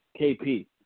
KP